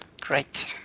great